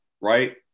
right